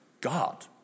God